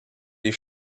die